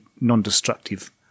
non-destructive